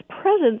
presence